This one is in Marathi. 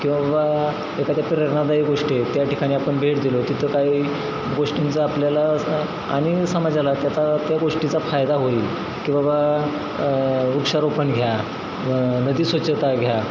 कि बाबा एखाद्या प्रेरणादायिक गोष्टी आहे त्या ठिकाणी आपण भेट दिलो तिथं काही गोष्टींचा आपल्याला आणि समाजाला त्याचा त्या गोष्टीचा फायदा होईल किं बाबा वृक्षषारोपण घ्या नदी स्वच्छता घ्या